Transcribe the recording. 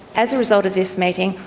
as a result of this meeting,